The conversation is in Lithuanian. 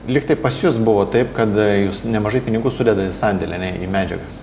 lyg tai pas jus buvo taip kad jūs nemažai pinigų sudedat į sandėlį ane į medžiagas